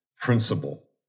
principle